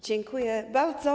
Dziękuję bardzo.